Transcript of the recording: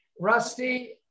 Rusty